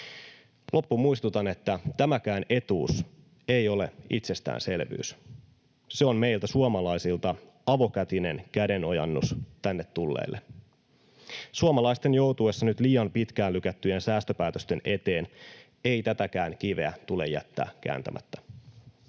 Loppuun muistutan, että tämäkään etuus ei ole itsestäänselvyys. Se on meiltä suomalaisilta avokätinen kädenojennus tänne tulleille. Suomalaisten joutuessa nyt liian pitkään lykättyjen säästöpäätösten eteen ei tätäkään kiveä tule jättää kääntämättä.